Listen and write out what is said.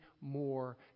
more